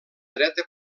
dreta